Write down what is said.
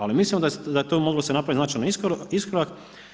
Ali, mislim da je to moglo se napraviti značajni iskorak.